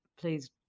please